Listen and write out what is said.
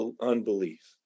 unbelief